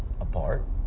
apart